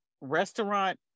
restaurant